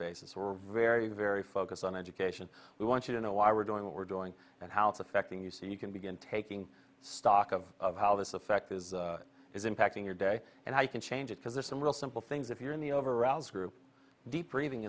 basis or very very focused on education we want you to know why we're doing what we're doing and how it's affecting you so you can begin taking stock of how this affected is impacting your day and i can change it because there's some real simple things if you're in the over rao's group deep breathing